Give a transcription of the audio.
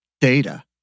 data